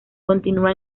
continúa